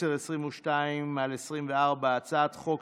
הצעת חוק